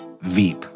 Veep